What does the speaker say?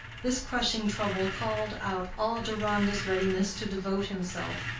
this crushing trouble called out all deronda's readiness to devote himself,